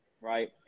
right